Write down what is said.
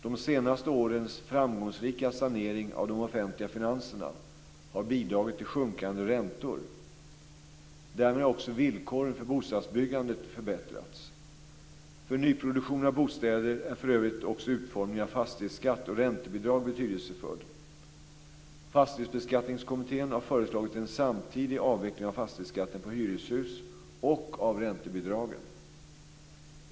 De senaste årens framgångsrika sanering av de offentliga finanserna har bidragit till sjunkande räntor. Därmed har också villkoren för bostadsbyggandet förbättrats. För nyproduktionen av bostäder är för övrigt också utformningen av fastighetsskatt och räntebidrag betydelsefull. Fastighetsbeskattningskommittén har föreslagit en samtidig avveckling av fastighetsskatten på hyreshus och av räntebidragen.